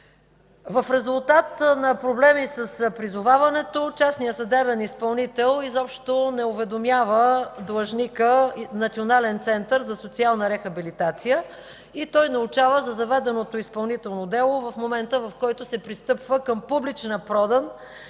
В резултат на проблеми с призоваването частният съдебен изпълнител изобщо не уведомява длъжника – Национален център за социална рехабилитация, и той научава за заведеното изпълнително дело в момента, в който се пристъпва към публична продан